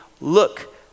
look